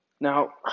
now